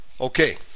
Okay